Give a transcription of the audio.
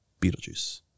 Beetlejuice